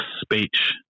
speech